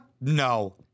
no